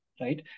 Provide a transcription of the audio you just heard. right